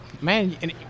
man